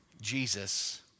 Jesus